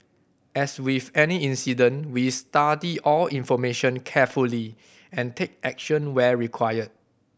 as with any incident we study all information carefully and take action where required